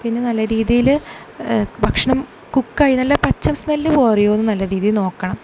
പിന്നെ നല്ല രീതിയിൽ ഭക്ഷണം കുക്കായി നല്ല പച്ച സ്മെല്ല് മാറിയോന്ന് നല്ല രീതീ നോക്കണം